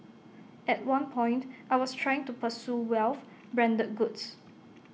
at one point I was trying to pursue wealth branded goods